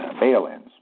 bail-ins